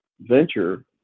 venture